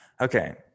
Okay